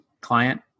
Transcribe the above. client